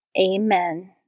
Amen